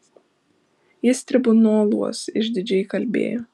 jis tribunoluos išdidžiai kalbėjo